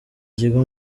kigo